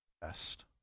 best